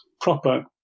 proper